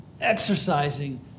exercising